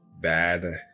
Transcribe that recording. Bad